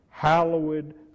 hallowed